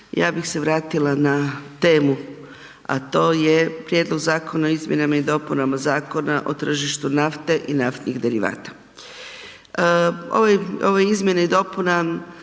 ja bih se vratila na temu a to je Prijedlog zakona o izmjenama i dopunama Zakona o tržištu nafte i naftnih derivata. Ove izmjene i dopuna